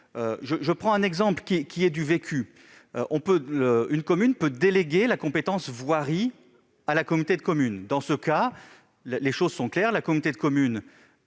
Je prends un exemple vécu. Une commune délègue la compétence voirie à la communauté de communes. Dans ce cas, les choses sont claires : la communauté de communes